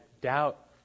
doubt